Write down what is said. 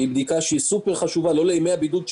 היא בדיקה סופר-חשובה לא לימי הבידוד שלו,